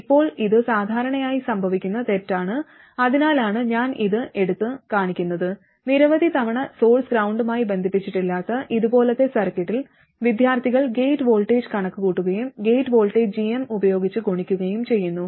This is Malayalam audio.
ഇപ്പോൾ ഇത് സാധാരണയായി സംഭവിക്കുന്ന തെറ്റാണ് അതിനാലാണ് ഞാൻ ഇത് എടുത്തു കാണിക്കുന്നത് നിരവധി തവണ സോഴ്സ് ഗ്രൌണ്ടുമായി ബന്ധിപ്പിച്ചിട്ടില്ലാത്ത ഇതുപോലത്തെ സർക്യൂട്ടിൽ വിദ്യാർത്ഥികൾ ഗേറ്റ് വോൾട്ടേജ് കണക്കുകൂട്ടുകയും ഗേറ്റ് വോൾട്ടേജ് g m ഉപയോഗിച്ച് ഗുണിക്കുകയും ചെയ്യുന്നു